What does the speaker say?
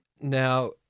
Now